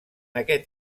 aquest